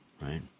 Right